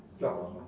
!aww!